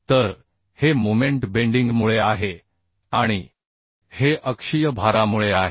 तर हे moment bending मुळे आहे आणि हे अक्षीय भारामुळे आहे